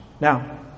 Now